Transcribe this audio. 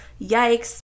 yikes